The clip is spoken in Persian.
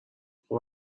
خوب